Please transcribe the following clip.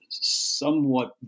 somewhat